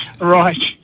Right